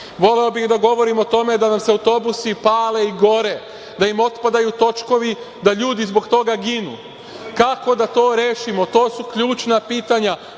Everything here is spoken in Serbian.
Voleo bih da govorimo o tome da nam se autobusi pale i gore, da im otpadaju točkovi, da ljudi zbog toga ginu. Kako da to rešimo? To su ključna pitanja